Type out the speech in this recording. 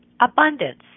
abundance